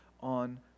on